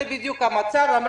זה בדיוק המצב.